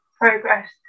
progress